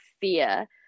fear